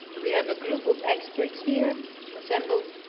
we have a group of experts here assembled